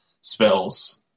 spells